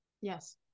Yes